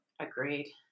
Agreed